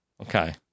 Okay